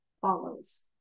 follows